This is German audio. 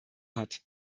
hat